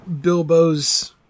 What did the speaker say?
Bilbo's